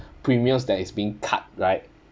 premiums that is being cut right